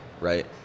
Right